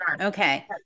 Okay